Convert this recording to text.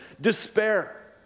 despair